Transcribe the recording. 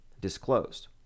disclosed